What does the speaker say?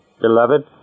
Beloved